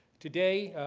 today,